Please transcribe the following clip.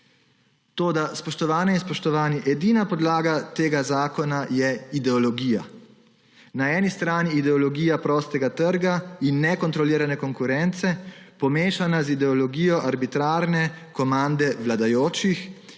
Toda, spoštovane in spoštovani, edina podlaga tega zakona je ideologija. Na eni strani ideologija prostega trga in nekontrolirane konkurence, pomešana z ideologijo arbitrarne komande vladajočih,